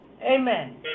Amen